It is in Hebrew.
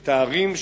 את הערים,